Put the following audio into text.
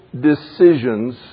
decisions